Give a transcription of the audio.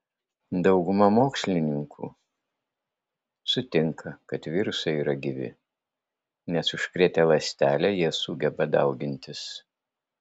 dauguma mokslininkų sutinka kad virusai yra gyvi nes užkrėtę ląstelę jie sugeba daugintis